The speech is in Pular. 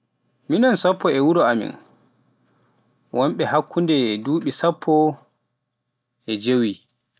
mi non sappo e wuro amin, wonɓe hakkunde duɓi sappo e jeewii.